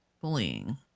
bullying